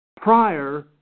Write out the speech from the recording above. Prior